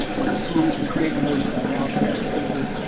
but the tools for creating those analysis are expensive.